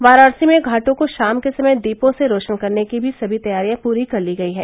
वाराणसी में घाटों को शाम के समय दीपों से रोशन करने की सभी तैयारियां पूरी कर ली गई है